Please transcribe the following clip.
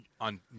On